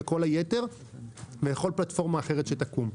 לכל היתר ולכל פלטפורמה אחרת שתקום.